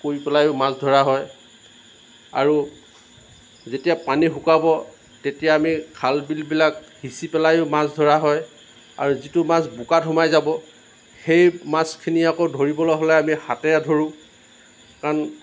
কৰি পেলাইও মাছ ধৰা হয় আৰু যেতিয়া পানী শুকাব তেতিয়া আমি খাল বিলবিলাক সিঁচি পেলাইও মাছ ধৰা হয় আৰু যিটো মাছ বোকাত সোমাই যাব সেই মাছখিনি আকৌ ধৰিবলৈ হ'লে আমি হাতেৰে ধৰোঁ কাৰণ